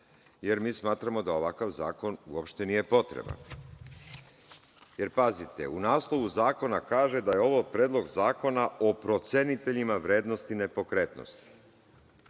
jer mi smatramo da ovakav zakon uopšte nije potreban. Pazite, u naslovu zakona kaže da je ovo Predlog zakona o proceniteljima vrednosti nepokretnosti.